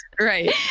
Right